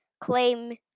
Claim